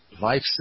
life